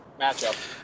matchup